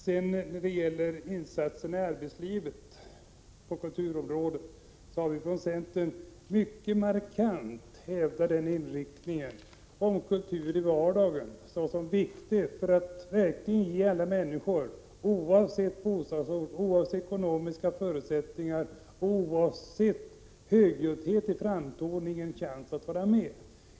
Sedan beträffande insatserna i arbetslivet på kulturområdet. Vi i centern har mycket markant hävdat att inriktningen för kulturen i vardagen är viktig när det gäller att verkligen ge alla människor — oavsett bostadsort, ekonomiska förutsättningar eller högljuddheten i framtoningen — en chans att vara med.